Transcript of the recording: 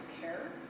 care